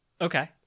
Okay